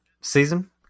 Season